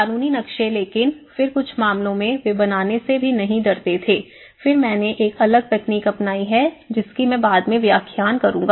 कानूनी नक्शे लेकिन फिर कुछ मामलों में वे बनाने से भी नहीं डरते थे और फिर मैंने एक अलग तकनीक अपनाई है जिसकी मैं बाद में व्याख्या करूंगा